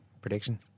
Prediction